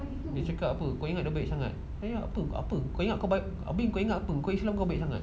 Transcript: dia cakap kau ingat dia baik sangat apa apa kau ingat apa kau islam kau baik sangat